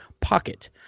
pocket